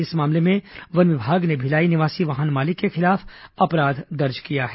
इस मामले में वन विभाग ने भिलाई निवासी वाहन मालिक के खिलाफ अपराध दर्ज किया है